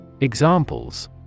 Examples